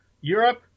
Europe